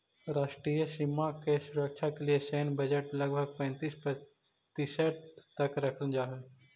राष्ट्रीय सीमा के सुरक्षा के लिए सैन्य बजट लगभग पैंतीस प्रतिशत तक रखल जा हई